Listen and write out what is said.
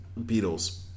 Beatles